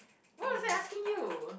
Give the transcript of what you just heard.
what was I asking you